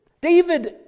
David